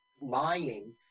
lying